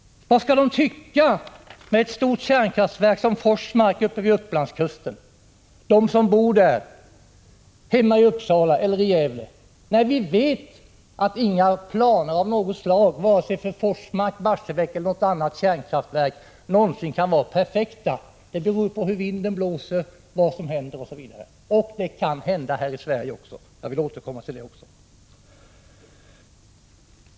Vad skall de människor tycka som bor i närheten av ett stort känrkraftverk, t.ex. Forsmark vid Upplandskusten — i Uppsala eller i Gävle — när vi vet att inga planer — för Forsmark, för Barsebäck eller för något annat kärnkraftverk — kan vara perfekta? Vad som händer beror på hur vinden blåser. En olycka kan hända även i Sverige — jag vill återkomma till detta.